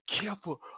careful